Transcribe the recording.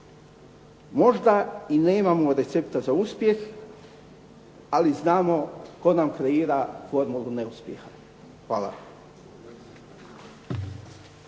“Možda i nemamo recepta za uspjeh, ali znamo tko nam kreira podlogu neuspjeha“. Hvala.